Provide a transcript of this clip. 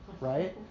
right